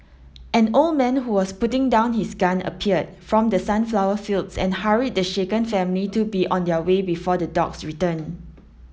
an old man who was putting down his gun appeared from the sunflower fields and hurried the shaken family to be on their way before the dogs return